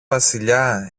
βασιλιά